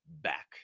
back